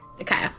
Okay